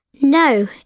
No